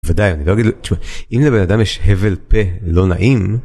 ודאי אני לא אגיד... אם לבן אדם יש הבל פה לא נעים.